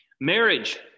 Marriage